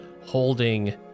holding